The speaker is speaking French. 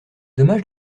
dommage